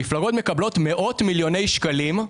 המפלגות מקבלות מאות מיליוני שקלים,